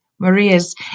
Maria's